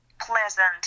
Pleasant